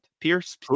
Pierce